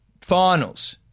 finals